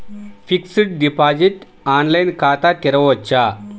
Fixed deposit online ఖాతా తెరువవచ్చా?